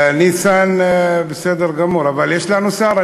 ניסן בסדר גמור, אבל יש לנו שר?